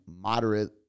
moderate